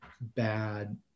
bad